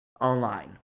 online